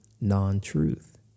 non-truth